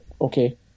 okay